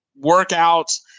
workouts